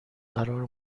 قرار